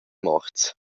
morts